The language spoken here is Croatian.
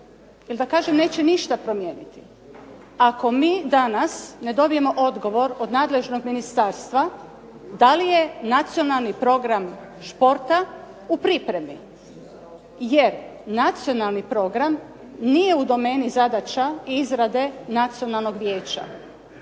ili da kažem neće ništa promijeniti, ako mi danas ne dobijemo odgovor od nadležnog ministarstva da li je Nacionalni program športa u pripremi, jer Nacionalni program nije u domeni zadaća i izrade Nacionalnog vijeća.